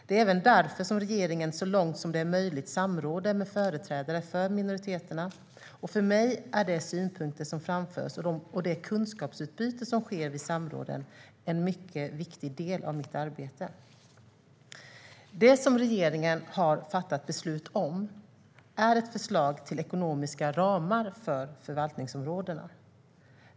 Det är även därför som regeringen så långt som det är möjligt samråder med företrädare för minoriteterna, och för mig är de synpunkter som framförs och det kunskapsutbyte som sker vid samråden en mycket viktig del av mitt arbete. Det som regeringen har fattat beslut om är ett förslag till ekonomiska ramar för förvaltningsområdena.